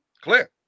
Clear